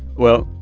well,